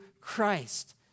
Christ